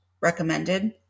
recommended